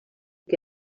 que